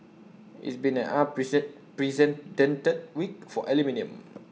it's been an precedented week for aluminium